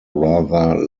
rather